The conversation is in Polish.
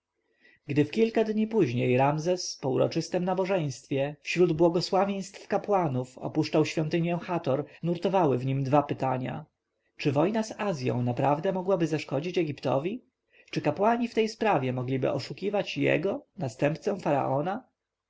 gdy w kilka dni później ramzes po uroczystem nabożeństwie wśród błogosławieństwa kapłanów opuszczał świątynię hator nurtowały w nim dwa pytania czy wojna z azją naprawdę mogłaby zaszkodzić egiptowi czy kapłani w tej sprawie mogliby oszukiwać jego następcę faraona